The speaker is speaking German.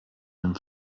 dem